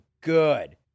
good